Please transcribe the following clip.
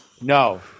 No